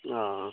ہاں